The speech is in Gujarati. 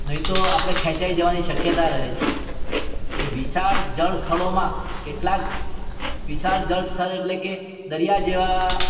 નહીં તો આપણે ખેંચાય જવાની શક્યતા રહે છે ને વિશાળ જળસ્થળોમાં કેટલાક વિશાળ જળસ્થળ એટલે કે દરિયા જેવાં